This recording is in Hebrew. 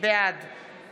בעד